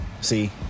See